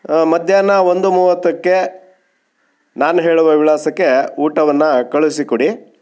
ಮಧ್ಯಾಹ್ನ ಒಂದು ಮೂವತ್ತಕ್ಕೆ ನಾನು ಹೇಳುವ ವಿಳಾಸಕ್ಕೆ ಊಟವನ್ನು ಕಳುಹಿಸಿ ಕೊಡಿ